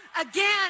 again